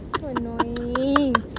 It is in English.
so annoying